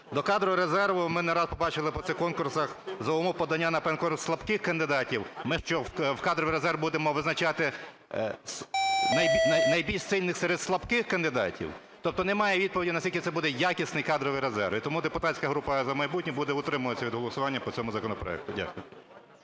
До кадрового резерву, ми не раз побачили по цих конкурсах, за умов подання… слабких кандидатів, ми що, в кадровий резерв будемо призначати найбільш сильних серед слабких кандидатів. Тобто немає відповіді, наскільки це буде якісний кадровий резерв. І тому депутатська група "За майбутнє" буде утримуватися від голосування по цьому законопроекту. Дякую.